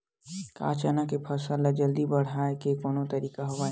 का चना के फसल ल जल्दी बढ़ाये के कोनो तरीका हवय?